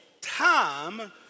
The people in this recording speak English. time